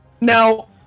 Now